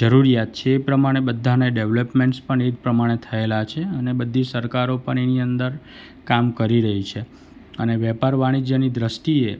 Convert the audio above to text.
જરૂરિયાત છે એ પ્રમાણે બધાને ડેવલપમેન્ટ્સ પણ એ જ પ્રમાણે થએલા છે અને બધી સરકારો પણ એની અંદર કામ કરી રહી છે અને વેપાર વાણિજ્યની દૃષ્ટિએ